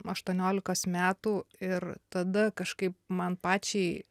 aštuoniolikos metų ir tada kažkaip man pačiai